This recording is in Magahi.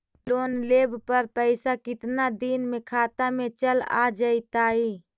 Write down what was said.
लोन लेब पर पैसा कितना दिन में खाता में चल आ जैताई?